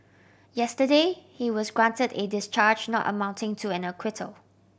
yesterday he was granted a discharge not amounting to an acquittal